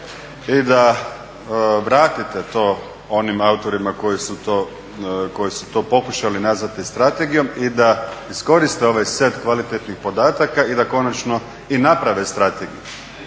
i da vratite to onim autorima koji su to pokušali nazvati strategijom i da iskoriste ovaj set kvalitetnih podataka i da konačno i naprave strategiju.